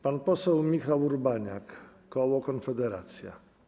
Pan poseł Michał Urbaniak, koło Konfederacja.